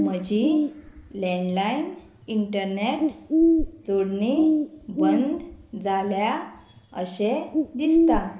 म्हजी landline internet जोडणी बंद जाल्या अशें दिसता